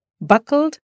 buckled